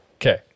Okay